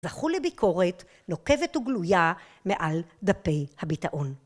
זכו לביקורת נוקבת וגלויה מעל דפי הביטאון.